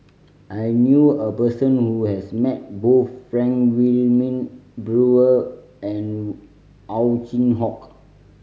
I knew a person who has met both Frank Wilmin Brewer and Ow Chin Hock